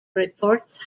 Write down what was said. reports